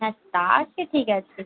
হ্যাঁ তা আছে ঠিক আছে